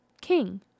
king